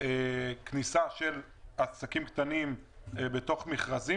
כניסת עסקים קטנים בתוך מכרזים,